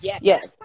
Yes